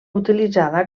utilitzada